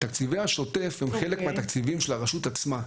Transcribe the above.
תקציבי השוטף הם חלק מהתקציבים של הרשות עצמה.